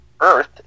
earth